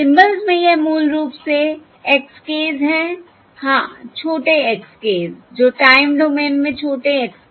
symbols में यह मूल रूप से x ks हैं हाँ छोटे x ks जो टाइम डोमेन में छोटे x ks हैं